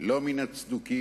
לא מן הצדוקים